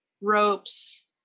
ropes